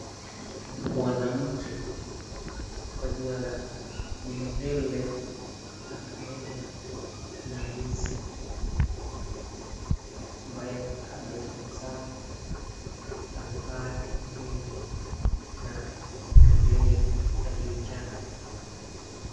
Mwanamke kwa jina la bi Hellen Rahela Hamisi na ambaye ametabasamu amevaa hirini na ana nywele aliyoichana.